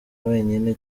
wenyine